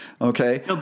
Okay